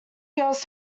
girls